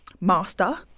master